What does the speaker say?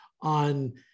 on